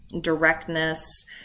directness